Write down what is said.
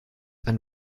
ein